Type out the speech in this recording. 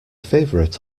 favourite